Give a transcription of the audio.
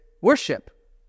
worship